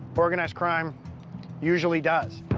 organized crime usually does.